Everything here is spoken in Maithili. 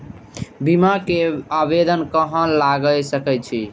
बीमा के आवेदन कहाँ लगा सके छी?